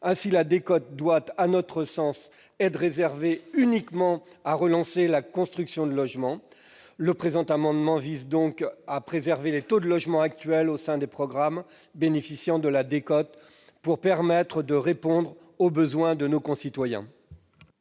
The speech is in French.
Aussi, la décote doit, à notre sens, être réservée uniquement à la relance de la construction de logements. Le présent amendement vise donc à préserver le taux de logements actuel au sein des programmes bénéficiant de la décote pour permettre de répondre aux besoins de nos concitoyens.